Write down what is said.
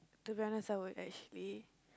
to be honest I would actually